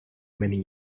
many